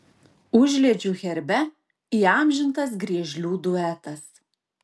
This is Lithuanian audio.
užliedžių herbe įamžintas griežlių duetas